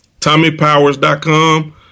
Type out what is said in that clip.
Tommypowers.com